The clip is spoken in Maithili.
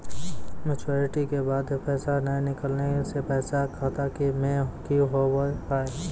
मैच्योरिटी के बाद पैसा नए निकले से पैसा खाता मे की होव हाय?